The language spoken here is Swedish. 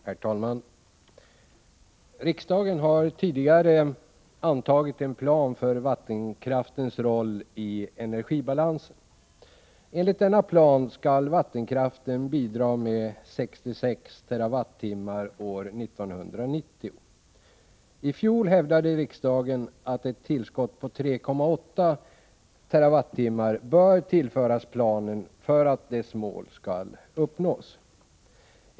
Herr talman! Riksdagen har tidigare antagit en plan för vattenkraftens roll i energibalansen. Enligt denna plan skall vattenkraften bidra med 66 TWh år 1990. I fjol hävdade riksdagen att ett tillskott på 3,8 TWh bör tillföras planen för att dess mål skall uppnås.